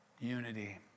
unity